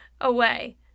away